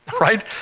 right